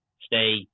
stay